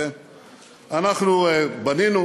אנחנו בנינו